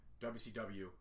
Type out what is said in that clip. WCW